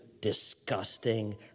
disgusting